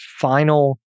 final